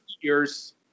years